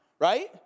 right